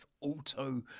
auto